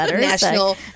National